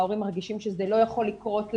הורים מרגישים שזה לא יכול לקרות להם.